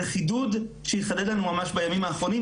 זה חידוד שהתחדד לנו ממש בימים האחרונים,